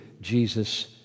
Jesus